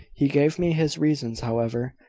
he gave me his reasons, however,